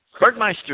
Bergmeister